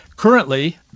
Currently